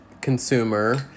consumer